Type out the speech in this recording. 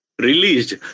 released